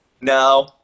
No